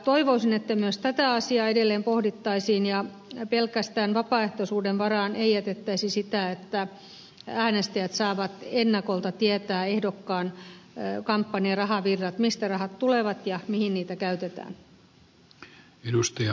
toivoisin että myös tätä asiaa edelleen pohdittaisiin ja pelkästään vapaaehtoisuuden varaan ei jätettäisi sitä että äänestäjät saavat ennakolta tietää ehdokkaan kampanjarahavirrat mistä rahat tulevat ja mihin niitä käytetään